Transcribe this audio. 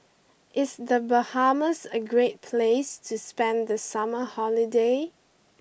is the Bahamas a great place to spend the summer holiday